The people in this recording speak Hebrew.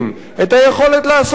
את היכולת לעשות את זה.